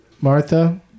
Martha